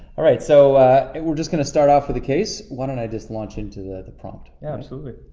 all right so we're just gonna start off with the case why don't i just launch into the the prompt. yeah, absolutely.